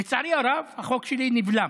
לצערי הרב החוק שלי נבלם.